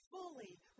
fully